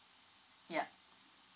ya